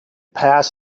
past